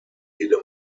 jedem